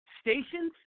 stations